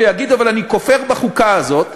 ויגיד: אבל אני כופר בחוקה הזאת,